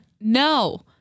no